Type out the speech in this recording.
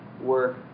work